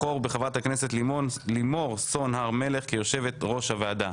לבחור בחברת הכנסת לימור סון הר מלך כיושבת-ראש הוועדה.